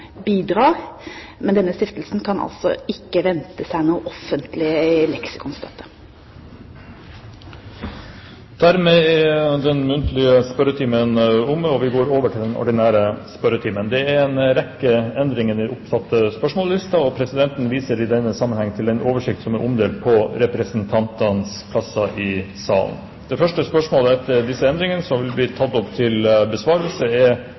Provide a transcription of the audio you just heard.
Men denne stiftelsen kan altså ikke vente seg noen offentlig leksikonstøtte. Dermed er den muntlige spørretimen omme, og vi går over til den ordinære spørretimen. Det blir en rekke endringer i den oppsatte spørsmålslisten, og presidenten viser i den sammenhengen til den oversikten som er omdelt på representantenes plasser i salen. De foreslåtte endringene i dagens spørretime foreslås godkjent. – Det anses vedtatt. Endringene